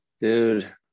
dude